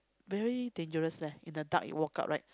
very dangerous leh in the dark you walk out right